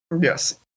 yes